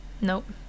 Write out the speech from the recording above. Nope